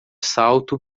salto